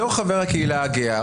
בתור חבר הקהילה הגאה,